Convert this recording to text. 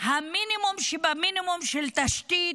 המינימום שבמינימום של תשתית,